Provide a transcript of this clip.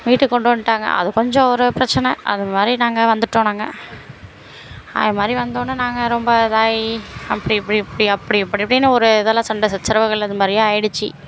வீட்டுக்கு கொண்டு வந்துட்டாங்க அது கொஞ்சம் ஒரு பிரச்சனை அது மாதிரி நாங்கள் வந்துவிட்டோம் நாங்கள் அது மாதிரி வந்தோடனே நாங்கள் ரொம்ப இதாகி அப்படி இப்படி இப்படி அப்படி இப்படி இப்படின்னு ஒரு இதெல்லாம் சண்டை சச்சரவுகள் இது மாதிரியே ஆகிடுச்சி